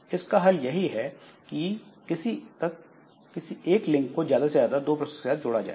इसका हल यही है की किसी एक लिंक को ज्यादा से ज्यादा दो प्रोसेस के साथ जोड़ा जाए